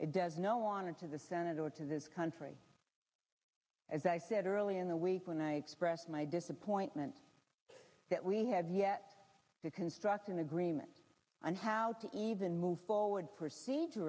it does no honor to the senate or to this country as i said early in the week when i expressed my disappointment that we have yet to construct an agreement on how to even move forward